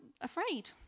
afraid